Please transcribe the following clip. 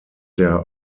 der